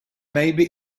maybe